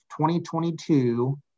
2022